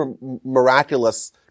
miraculous